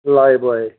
Lifebuoy